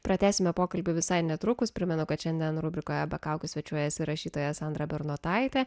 pratęsime pokalbį visai netrukus primenu kad šiandien rubrikoje be kaukių svečiuojasi rašytoja sandra bernotaitė